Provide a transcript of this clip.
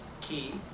key